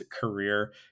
career